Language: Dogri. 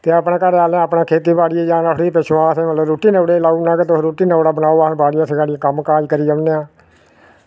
ते अपना घरै आह्लें अपना खेती बाड़ी जाना उठी ते पिच्छुआं असें रुट्टी बनाने गी लाई ओड़ना कि तुस रुट्टी न्यौड़ा बनाओ अस बाड़ियै सगाड़ियै कम्म काज़ करी औन्ने आं